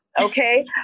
Okay